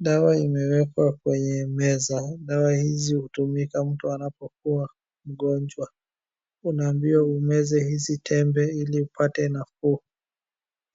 Dawa imewekwa kwenye meza. Dawa hizi hutumika mtu anapokuwa mgonjwa. Unaambiwa umeze hizi tembe ili upate nafuu.